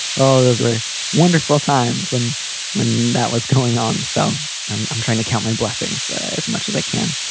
oh, those were wonderful times when when that was going on. so i'm i'm trying to count my blessings as much as i can.